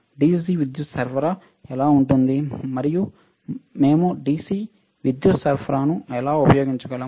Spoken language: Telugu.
DC విద్యుత్ సరఫరా ఎలా ఉంటుంది మరియు మేము DC విద్యుత్ సరఫరాను ఎలా ఉపయోగించగలం